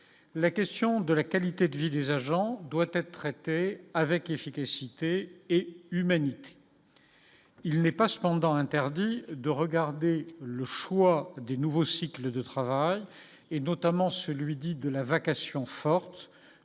la question de la qualité de vie des agents doit être traitée avec efficacité et humanité, il n'est pas cependant interdit de regarder le choix des nouveaux cycles de travail et notamment celui dit de la vacation forte,